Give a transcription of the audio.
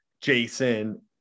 jason